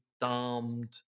damned